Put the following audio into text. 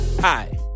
Hi